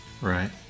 right